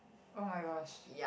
oh-my-gosh